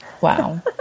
Wow